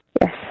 Yes